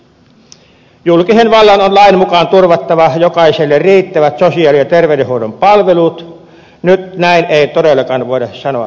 julkisen vallan on lain mukaan turvattava jokaiselle riittävät sosiaali ja terveydenhoidon palvelut nyt näin ei todellakaan voida sanoa tapahtuvan